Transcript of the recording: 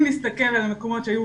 אם נסתכל על המקומות שהיו,